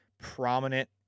prominent